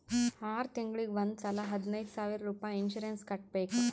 R ತಿಂಗುಳಿಗ್ ಒಂದ್ ಸಲಾ ಹದಿನೈದ್ ಸಾವಿರ್ ರುಪಾಯಿ ಇನ್ಸೂರೆನ್ಸ್ ಕಟ್ಬೇಕ್